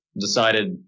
decided